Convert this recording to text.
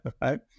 right